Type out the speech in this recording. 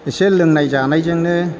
एसे लोंनाय जानायजोंनो